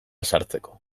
sartzeko